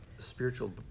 spiritual